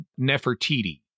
Nefertiti